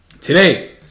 today